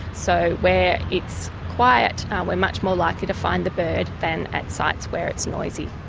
so where it's quiet we're much more likely to find the bird than at sites where it's noisy.